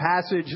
passage